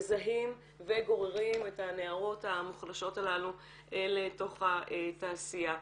מזהים וגוררים את הנערות המוחלשות הללו לתוך התעשייה.